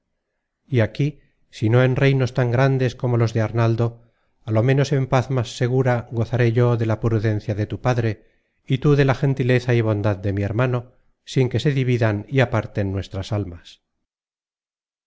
y aquí si no en reinos tan grandes como los de arnaldo á lo menos en paz más segura gozaré yo de la prudencia de tu padre y tú de la gentileza y bondad de mi hermano sin que se dividan y aparten nuestras almas